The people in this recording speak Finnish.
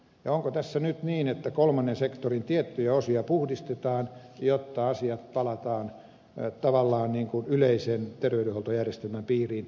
onko tässä nyt niin että kolmannen sektorin tiettyjä osia puhdistetaan jotta asioissa palataan tavallaan niin kuin yleisen terveydenhuoltojärjestelmän piiriin